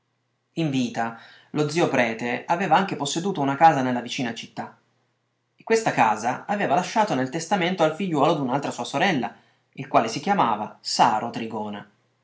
in vita lo zio prete aveva anche posseduto una casa nella vicina città e questa casa aveva lasciato nel testamento al figliuolo di un'altra sua sorella il quale si chiamava saro trigona